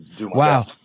Wow